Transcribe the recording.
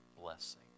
blessing